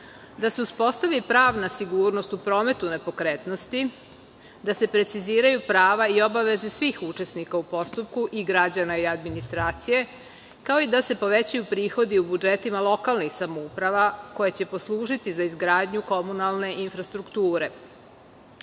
da se uspostavi pravna sigurnost u prometu nepokretnosti, da se preciziraju prava i obaveze svih učesnika u postupku i građana i administracije, kao i da se povećaju prihodi u budžetima lokalnih samouprava koje će poslužiti za izgradnju komunalne infrastrukture. Predlog